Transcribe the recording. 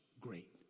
great